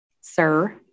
sir